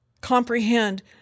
comprehend